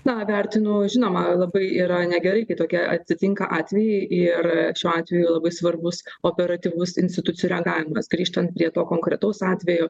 na vertinu žinoma labai yra negerai kai tokie atsitinka atvejai ir šiuo atveju labai svarbus operatyvus institucijų reagavimas grįžtant prie to konkretaus atvejo